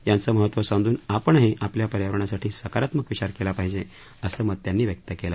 याचं महत्व समजून आपणही आपल्या पर्यावरणासाठी सकारात्मक विचार केला पाहिजे असं मत त्यांनी व्यक्त केलं